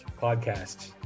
podcast